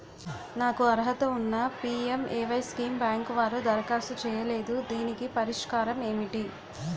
నాకు అర్హత ఉన్నా పి.ఎం.ఎ.వై స్కీమ్ బ్యాంకు వారు దరఖాస్తు చేయలేదు దీనికి పరిష్కారం ఏమిటి?